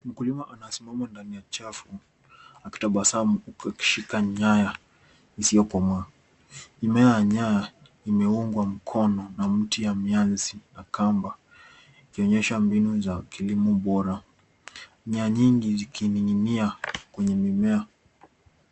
Mkulima anasimama ndani ya chafu akitabasamu huku akishika nyaya isiyo komaa. Mmea wa nyaya umeungwa mkono na mti wa miazi na kamba ikionyesha mbinu za ukulima bora nyaya nyingi zikining'inia kwenye mimea.